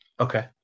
Okay